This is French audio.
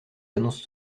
annonces